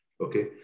Okay